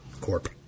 Corp